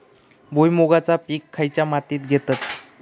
भुईमुगाचा पीक खयच्या मातीत घेतत?